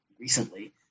recently